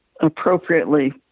appropriately